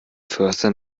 förster